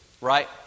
right